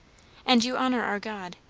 and you honour our god,